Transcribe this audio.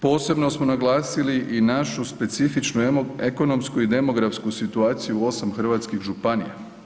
Posebno smo naglasili i našu specifičnu ekonomsku i demografsku situaciju u 8 hrvatskih županija.